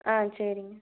ஆ சரிங்க